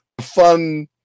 fun